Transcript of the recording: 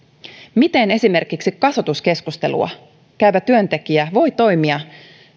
miten esimerkiksi kasvatuskeskustelua käyvä työntekijä voi toimia